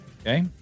okay